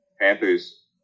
Panthers